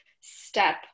step